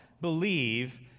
believe